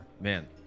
man